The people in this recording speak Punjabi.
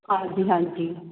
ਹਾਂਜੀ ਹਾਂਜੀ